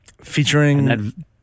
Featuring